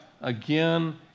again